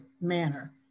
manner